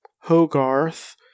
Hogarth